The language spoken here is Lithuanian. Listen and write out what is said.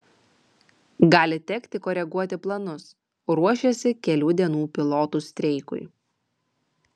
gali tekti koreguoti planus ruošiasi kelių dienų pilotų streikui